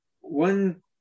one